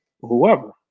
whoever